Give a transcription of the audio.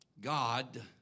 God